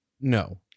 No